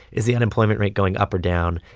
is the unemployment rate going up or down?